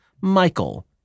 Michael